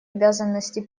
обязанности